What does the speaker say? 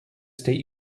state